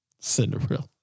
Cinderella